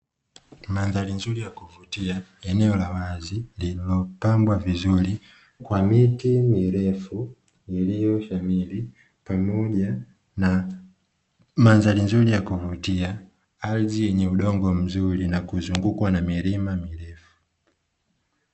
Mandhari nzuri ya kuvutia eneo la wazi lililopambwa vizuri kwa miti mirefu iliyoshamiri, pamoja na mandhari nzuri ya kuvutia; ardhi yenye udongo mzuri na kuzungukwa na milima mirefu.